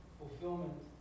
fulfillment